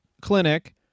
clinic